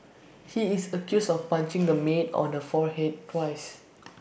he is accused of punching the maid on her forehead twice